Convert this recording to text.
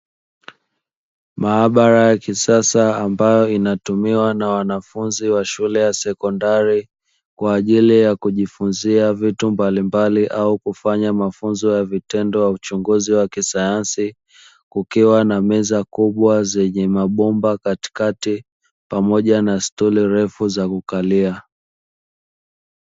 Maabara ya kisasa ambayo inatumiwa na wanafunzi wa shule ya sekondari kwa ajili ya kujifunzia vitu mbalimbali au kufanya mafunzo ya vitendo wa uchunguzi wa kisayansi, ukiwa na meza kubwa zenye mabomba katikati pamoja na stuli refu za kukalia.